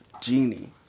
genie